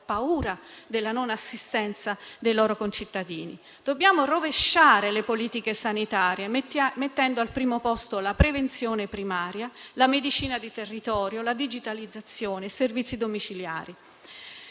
paura della mancata assistenza ai loro concittadini. Dobbiamo rovesciare le politiche sanitarie, mettendo al primo posto la prevenzione primaria, la medicina di territorio, la digitalizzazione, i servizi domiciliari.